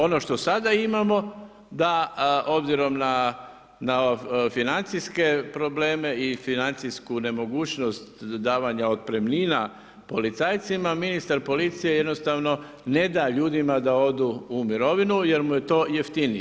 Ono što sada imamo da obzirom na financijske probleme i financijsku nemogućnost davanja otpremnina policajcima, ministar policije jednostavno ne da ljudima da odu u mirovinu jer mu je to jeftinije.